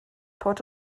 port